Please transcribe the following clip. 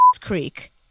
Creek